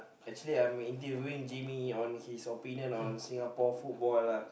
actually I am interviewing Jimmy on his opinion on Singapore football lah